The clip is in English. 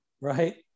right